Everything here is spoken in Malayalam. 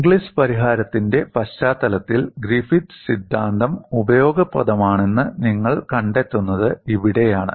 ഇംഗ്ലിസ് പരിഹാരത്തിന്റെ പശ്ചാത്തലത്തിൽ ഗ്രിഫിത്ത് സിദ്ധാന്തം ഉപയോഗപ്രദമാണെന്ന് നിങ്ങൾ കണ്ടെത്തുന്നത് ഇവിടെയാണ്